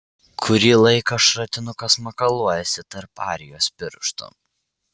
kurį laiką šratinukas makaluojasi tarp arijos pirštų